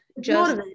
just-